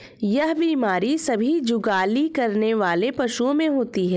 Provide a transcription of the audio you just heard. यह बीमारी सभी जुगाली करने वाले पशुओं में होती है